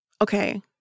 Okay